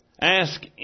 Ask